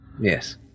Yes